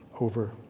over